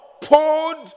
poured